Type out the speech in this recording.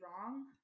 wrong